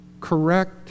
correct